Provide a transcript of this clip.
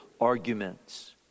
arguments